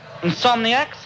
insomniacs